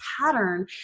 pattern